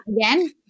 again